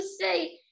say